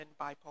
bipolar